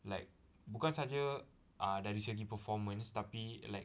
like bukan sahaja uh dari segi performance tapi like